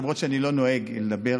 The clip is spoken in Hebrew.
למרות שאני לא נוהג לדבר: